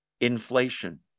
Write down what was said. inflation